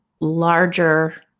larger